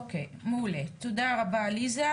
תודה רבה ליזה.